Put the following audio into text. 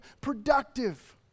productive